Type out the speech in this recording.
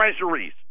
treasuries